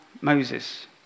Moses